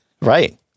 Right